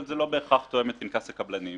אבל זה לא בהכרח תואם את פנקס הקבלנים.